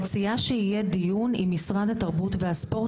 מציעה שיהיה דיון עם משרד התרבות והספורט,